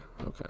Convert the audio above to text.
Okay